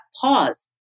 pause